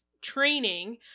training